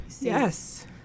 Yes